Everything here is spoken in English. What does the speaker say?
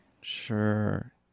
sure